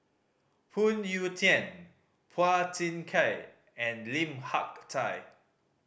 Phoon Yew Tien Phua Thin Kiay and Lim Hak Tai